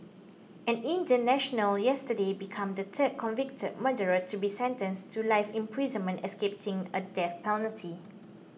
an Indian national yesterday become the third convicted murderer to be sentenced to life in prison escaping a death penalty